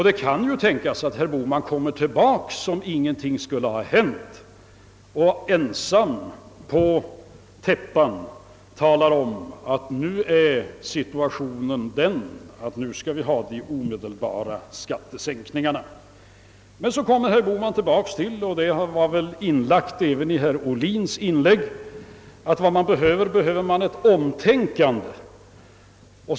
Det kan tänkas att herr Bohman kommer till baka som om ingenting skulle ha hänt och som ensam herre på täppan talar om att situationen nu är den att vi skall ha de omedelbara skattesänkningarna. Men så kommer herr Bohman tillbaka till — och detta var väl inlagt även i herr Ohlins anförande — att man behöver ett omtänkande.